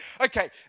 Okay